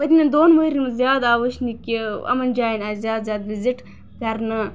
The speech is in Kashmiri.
پٔتمٮ۪ن دۄن ؤرۍ ین ہُند زیادِ آو وچھنہ کہِ یِمن جاین آیہ زیادٕ زیادٕ وِزِٹ کَرنہ